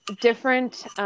different